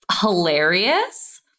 hilarious